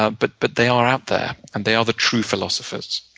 ah but but they are out there, and they are the true philosophers.